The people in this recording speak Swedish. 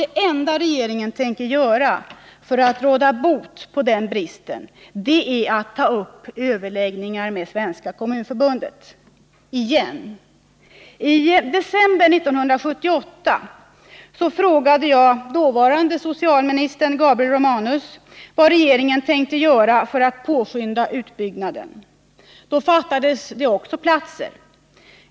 Det enda regeringen tänker göra för att råda bot på den bristen är att återigen ta upp överläggningar med Svenska kommunförbundet. I december 1978 frågade jag den dåvarande socialministern Gabriel Romanus vad regeringen avsåg att göra för att påskynda utbyggnaden. Då fattades det också platser.